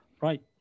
Right